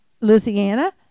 Louisiana